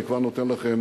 אני כבר נותן לכם